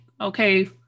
okay